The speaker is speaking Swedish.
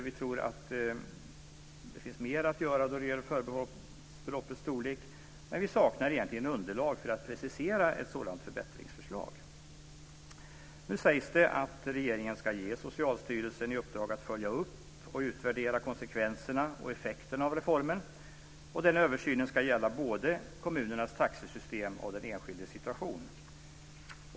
Vi tror att det finns mer att göra då det gäller förbehållsbeloppets storlek, men vi saknar egentligen underlag för att precisera ett sådant förbättringsförslag. Nu sägs det att regeringen ska ge Socialstyrelsen i uppdrag att följa upp och utvärdera konsekvenserna och effekterna av reformen, och den översynen ska gälla både kommunernas taxesystem och den enskildes situation.